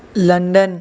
London